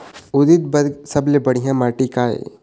उरीद बर सबले बढ़िया माटी का ये?